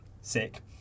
Sick